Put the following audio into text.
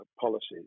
policies